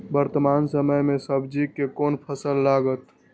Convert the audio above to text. वर्तमान समय में सब्जी के कोन फसल लागत?